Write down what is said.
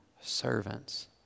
servants